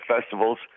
festivals